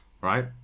right